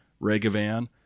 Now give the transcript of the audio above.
regavan